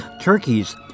turkeys